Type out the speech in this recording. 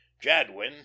jadwin